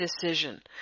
decision